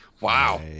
Wow